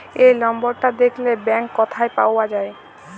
এই লম্বরটা দ্যাখলে ব্যাংক ক্যথায় পাউয়া যায়